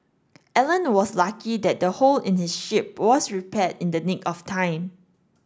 Alan was lucky that the hole in his ship was repaired in the nick of time